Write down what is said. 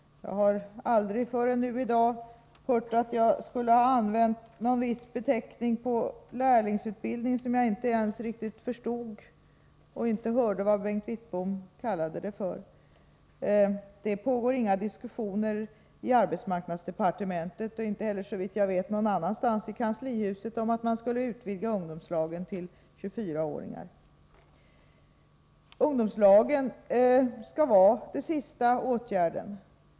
Jag har aldrig förrän i dag hört att jag skulle ha använt en viss beteckning på lärlingsutbildning. Jag hörde inte riktigt, och förstod inte ens, vad Bengt Wittbom sade att jag kallade den för. Det pågår inga diskussioner i arbetsmarknadsdepartementet och inte heller, såvitt jag vet, någon annanstans i kanslihuset om att man skulle utvidga ungdomslagen till att omfatta 24-åringar. Ungdomslagen skall vara den sista åtgärden.